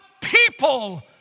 people